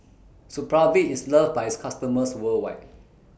Supravit IS loved By its customers worldwide